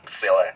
silly